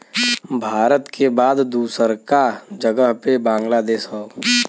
भारत के बाद दूसरका जगह पे बांग्लादेश हौ